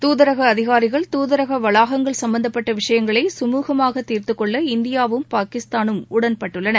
தூதரக அதிகாரிகள் தூதரக வளாகங்கள் சம்பந்தப்பட்ட விஷயங்களை சுழுகமாக தீர்துக்கொள்ள இந்தியாவும் பாகிஸ்தானும் உடன்பட்டுள்ளன